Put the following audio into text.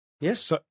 yes